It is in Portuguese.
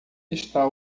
está